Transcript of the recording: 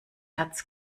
herz